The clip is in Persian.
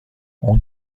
اون